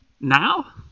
Now